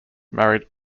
married